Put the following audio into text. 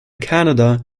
canada